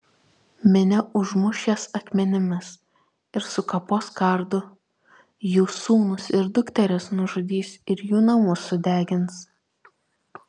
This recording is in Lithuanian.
minia užmuš jas akmenimis ir sukapos kardu jų sūnus ir dukteris nužudys ir jų namus sudegins